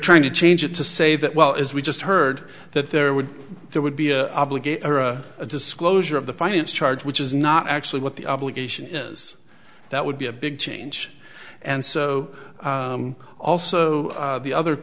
trying to change it to say that well as we just heard that there would there would be a obligate or a disclosure of the finance charge which is not actually what the obligation is that would be a big change and so also the other